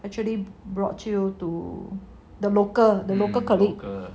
actually brought you to the local the local colleague